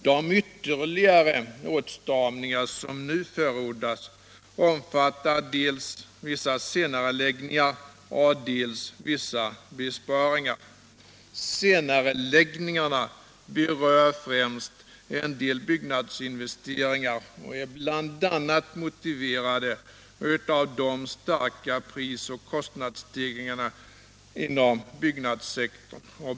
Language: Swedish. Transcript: De ytterligare åtstramningar som förordas omfattar dels vissa senareläggningar, dels vissa besparingar. Senareläggningarna berör främst en del byggnadsinvesteringar och är bl.a. motiverade av de starka prisoch kostnadsstegringarna inom byggnadssektorn.